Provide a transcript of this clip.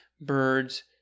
birds